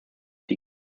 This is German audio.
die